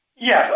Yes